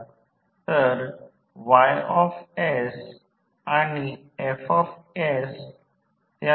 तर हे V2 V2 I2 आहे कारण I2 हे भार आणि व्होल्टेज वर जाईल जे V2 आहे तर जर फक्त आदर्श नमुना असेल